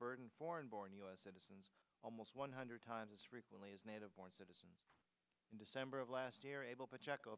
burden foreign born u s citizens almost one hundred times as frequently as native born citizens in december of last year able to check o